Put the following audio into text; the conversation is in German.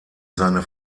seine